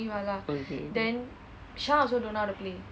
okay okay